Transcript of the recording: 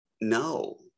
no